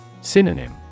Synonym